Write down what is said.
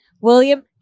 William